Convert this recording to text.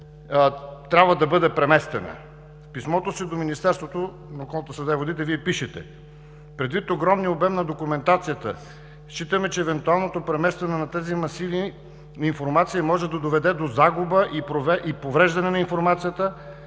трябва да бъде преместена. В писмото си до Министерството на околната среда и водите Вие пишете: „Предвид огромния обем на документацията считаме, че евентуалното преместване на тези масиви информация може да доведе до загуба и повреждане на информацията,